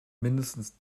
mindestens